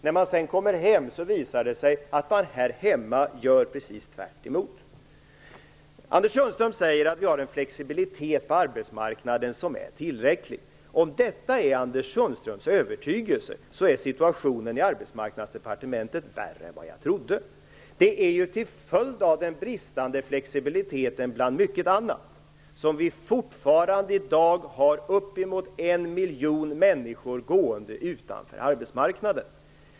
När man sedan kommer hem visar det sig att man gör precis tvärtemot. Anders Sundström säger att vi har en flexibilitet på arbetsmarknaden som är tillräcklig. Om detta är Anders Sundströms övertygelse, är situationen i Arbetsmarknadsdepartementet värre än vad jag trodde. Det är ju till följd av den bristande flexibiliteten som vi fortfarande i dag har uppemot 1 miljon människor utanför arbetsmarknaden.